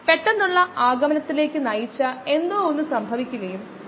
single കോശങ്ങളുടെ സസ്പെൻഷനിൽ ഇത് സംഭവിക്കുന്നുവെന്ന് നമുക്കറിയാം